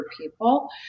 people